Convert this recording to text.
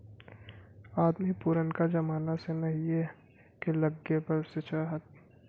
अदमी पुरनका जमाना से नहीए के लग्गे बसे चाहत